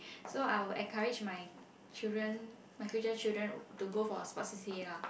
so I will encourage my children my future children to go for sport c_c_a lah